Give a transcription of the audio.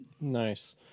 Nice